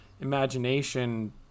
imagination